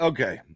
Okay